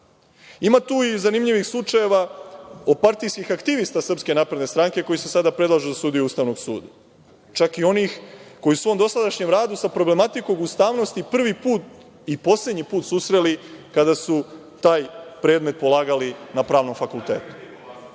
Ima tu i zanimljivih slučajeva partijskih aktivista Srpske napredne stranke koji se sada predlažu za sudije Ustavnog suda, čak i onih koji su se u svom dosadašnjem radu sa problematikom ustavnosti prvi put i poslednji put susreli kada su taj predmet polagali na pravnom fakultetu. Dakle,